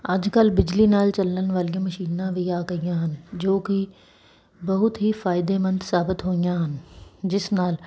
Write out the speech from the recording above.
ਅੱਜ ਕੱਲ੍ਹ ਬਿਜਲੀ ਨਾਲ ਚੱਲਣ ਵਾਲੀਆਂ ਮਸ਼ੀਨਾਂ ਵੀ ਆ ਗਈਆਂ ਹਨ ਜੋ ਕਿ ਬਹੁਤ ਹੀ ਫ਼ਾਇਦੇਮੰਦ ਸਾਬਤ ਹੋਈਆਂ ਹਨ ਜਿਸ ਨਾਲ